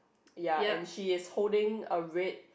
ya and she is holding a red